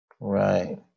right